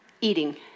eating